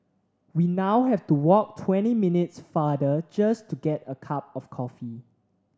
we now have to walk twenty minutes farther just to get a cup of coffee